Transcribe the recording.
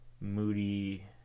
Moody